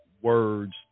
words